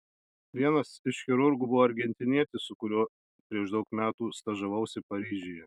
vienas iš chirurgų buvo argentinietis su kuriuo prieš daug metų stažavausi paryžiuje